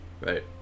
right